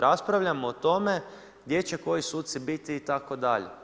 Raspravljamo o tome gdje će koji suci biti itd.